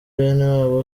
benewabo